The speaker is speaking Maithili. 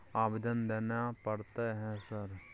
आवेदन देना पड़ता है सर?